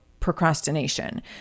procrastination